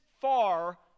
far